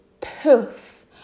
poof